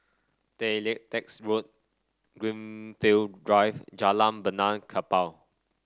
Tay Lian Teck Road Greenfield Drive Jalan Benaan Kapal